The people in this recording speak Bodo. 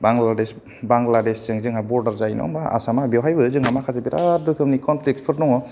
बांलादेश बांलादेशजों जोंहा बर्दार जायो नङा होनबा आसामा बेवहायबो जोंहा माखासे बेराद रोखोमनि कनफ्लिकसफोर दङ